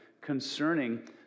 concerning